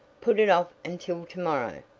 put it off until to-morrow,